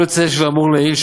פועל יוצא של האמור לעיל,